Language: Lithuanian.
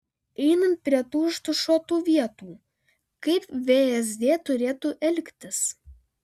einant prie tų užtušuotų vietų kaip vsd turėtų elgtis